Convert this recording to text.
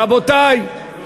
רבותי,